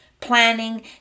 planning